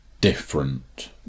different